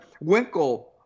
Winkle